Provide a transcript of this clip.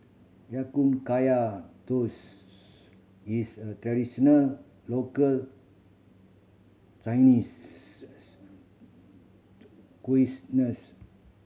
Ya Kun Kaya Toast is a traditional local Chinese nurse